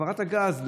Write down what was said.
העברת הגז,